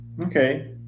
okay